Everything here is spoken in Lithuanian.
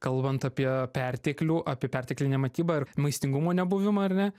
kalbant apie perteklių apie perteklinę mitybą ir maistingumo nebuvimą ar ne